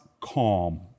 calm